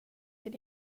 till